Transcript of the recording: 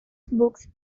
books